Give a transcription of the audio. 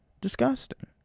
disgusting